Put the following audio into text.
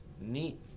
Neat